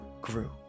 grew